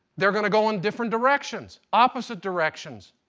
they're going to go in different directions? opposite directions?